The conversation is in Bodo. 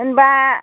होनबा